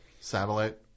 Satellite